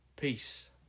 Peace